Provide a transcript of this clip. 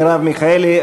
מרב מיכאלי,